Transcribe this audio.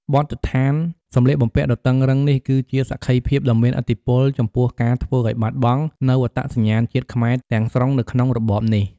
បទដ្ឋានសម្លៀកបំពាក់ដ៏តឹងរ៉ឹងនេះគឺជាសក្ខីភាពដ៏មានឥទ្ធិពលចំពោះការធ្វើឱ្យបាត់បង់នូវអត្តសញ្ញាណជាតិខ្មែរទាំងស្រុងនៅក្នុងរបបនេះ។